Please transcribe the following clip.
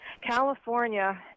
California